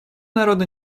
народно